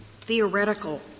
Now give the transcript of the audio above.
theoretical